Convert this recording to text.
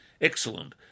excellent